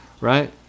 right